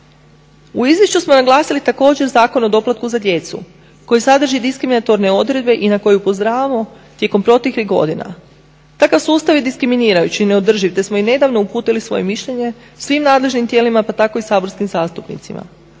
U izvješću smo naglasili također Zakon o doplatku za djecu koji sadrži diskriminatorne odredbe i na koji upozoravamo tijekom proteklih godina. Takav sustav je diskriminirajući i neodrživ te smo nedavno uputili svoje mišljenje svim nadležnim tijelima pa tako i saborskim zastupnicima.